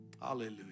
Hallelujah